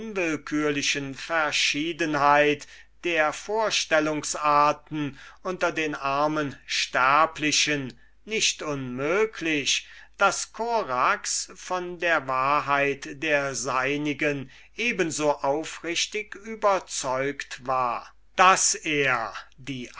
unwillkürlichen verschiedenheit der vorstellungsarten unter den armen sterblichen nicht unmöglich daß korax von der wahrheit seiner meinungen eben so aufrichtig überzeugt war daß er die